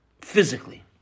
physically